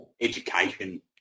education